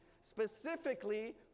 specifically